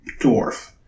dwarf